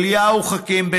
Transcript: אליהו חכים,